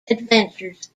adventures